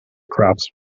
crops